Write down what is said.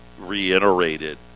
reiterated